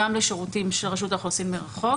גם לשירותים של רשות האוכלוסין מרחוק,